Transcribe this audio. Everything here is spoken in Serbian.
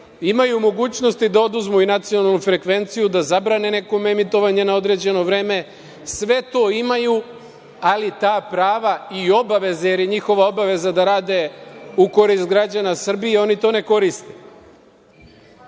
imaju mogućnosti da oduzmu i nacionalnu frekvenciju, da zabrane nekome emitovanje na određeno vreme, sve to imaju, ali ta prava i obaveze, jer je njihova obaveza da rade u korist građana Srbije, oni to ne koriste. Budžet